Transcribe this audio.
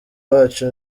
wacu